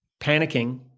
panicking